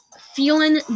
feeling